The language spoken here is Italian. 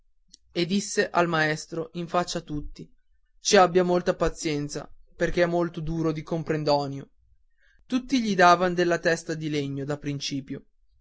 e disse al maestro in faccia a tutti ci abbia molta pazienza perché è molto duro di comprendonio tutti gli davan della testa di legno da principio